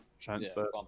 transfer